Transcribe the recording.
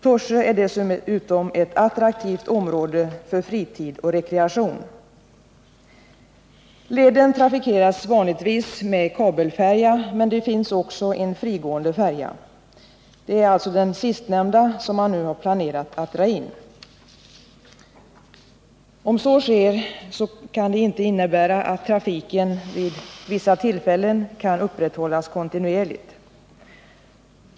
Torsö är dessutom ett attraktivt område för fritid och rekreation. Leden trafikeras vanligtvis med kabelfärja, men det finns också en frigående färja. Det är den sistnämnda som man nu planerar att dra in. Om så sker kommer det att innebära att trafiken vid vissa tillfällen inte kan upprätthållas kontinuerligt.